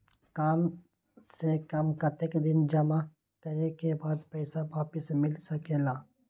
काम से कम कतेक दिन जमा करें के बाद पैसा वापस मिल सकेला?